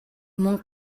мөнгө